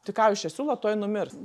tai ką jūs čia siūlot tuoj numirs